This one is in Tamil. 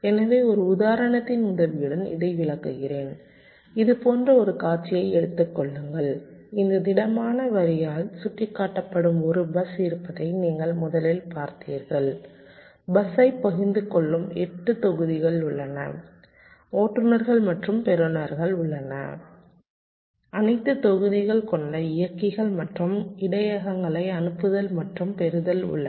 எனவே ஒரு உதாரணத்தின் உதவியுடன் இதை விளக்குகிறேன் இது போன்ற ஒரு காட்சியை எடுத்துக் கொள்ளுங்கள் இந்த திடமான வரியால் சுட்டிக்காட்டப்படும் ஒரு பஸ் இருப்பதை நீங்கள் முதலில் பார்த்தீர்கள் பஸ்ஸைப் பகிர்ந்து கொள்ளும் 8 தொகுதிகள் உள்ளன ஓட்டுநர்கள் மற்றும் பெறுநர்கள் உள்ளனர் அனைத்து தொகுதிகள் கொண்ட இயக்கிகள் மற்றும் இடையகங்களை அனுப்புதல் மற்றும் பெறுதல் உள்ளன